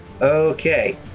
Okay